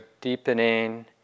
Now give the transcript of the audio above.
deepening